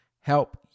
help